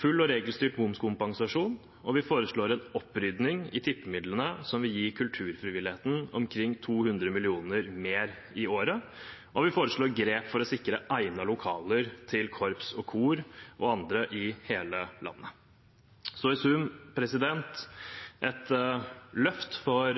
full og regelstyrt momskompensasjon, vi foreslår en opprydning i tippemidlene som vil gi kulturfrivilligheten omkring 200 mill. kr mer i året, og vi foreslår grep for å sikre egnede lokaler til korps og kor og andre i hele landet – i sum et løft for